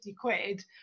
quid